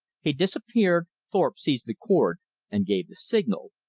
he disappeared. thorpe seized the cord and gave the signal.